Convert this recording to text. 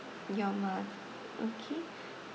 ya lah okay